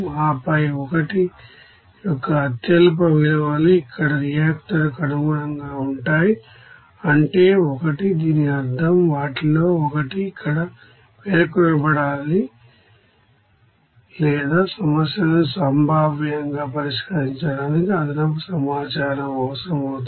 ఆపై 1 యొక్క అత్యల్ప విలువలు ఇక్కడ రియాక్టర్కు అనుగుణంగా ఉంటాయి అంటే 1 దీని అర్థం తెలియని వాటిలో ఒకటి ఇక్కడ పేర్కొనబడాలి లేదా సమస్యలను సంభావ్యంగా పరిష్కరించడానికి అదనపు సమాచారం అవసరం అవుతుంది